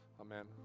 amen